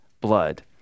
blood